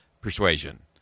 persuasion